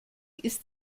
ist